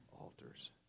altars